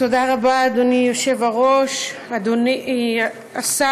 תודה רבה, אדוני היושב-ראש, אדוני השר,